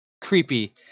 creepy